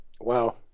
Wow